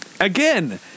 again